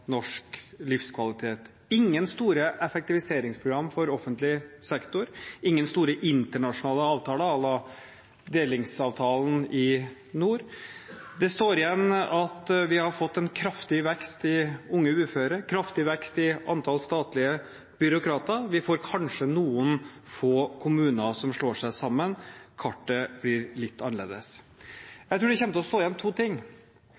effektiviseringsprogram for offentlig sektor, ingen store internasjonale avtaler à la delingsavtalen i nord. Det står igjen at vi har fått en kraftig vekst i unge uføre, en kraftig vekst i antall statlige byråkrater, vi får kanskje noen få kommuner som slår seg sammen, og kartet blir litt annerledes. Jeg tror det kommer til å stå igjen to ting.